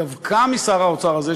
דווקא משר האוצר הזה,